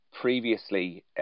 previously